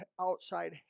outside